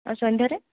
ଆଉ ସନ୍ଧ୍ୟାରେ